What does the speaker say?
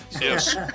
Yes